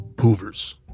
Hoovers